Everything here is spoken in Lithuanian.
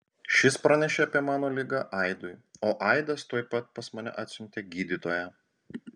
šis pranešė apie mano ligą aidui o aidas tuoj pat pas mane atsiuntė gydytoją